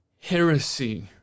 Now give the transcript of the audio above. heresy